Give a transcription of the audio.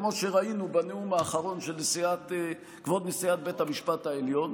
כמו שראינו בנאום האחרון של כבוד נשיאת בית המשפט העליון,